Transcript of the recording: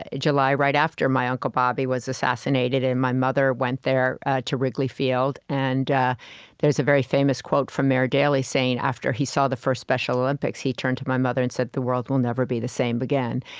ah july, right after my uncle bobby was assassinated, and my mother went there to wrigley field. and there's a very famous quote from mayor daley, saying, after after he saw the first special olympics, he turned to my mother and said, the world will never be the same again.